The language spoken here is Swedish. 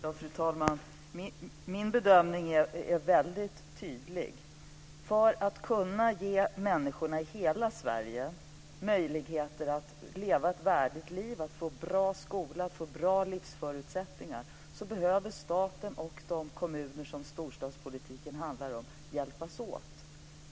Fru talman! Min bedömning är väldigt tydlig. För att kunna ge människorna i hela Sverige möjligheter att leva ett värdigt liv, att få en bra skola och bra livsförutsättningar behöver staten och de kommuner som storstadspolitiken gäller hjälpas åt.